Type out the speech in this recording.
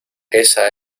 esa